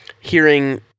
hearing